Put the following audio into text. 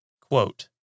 quote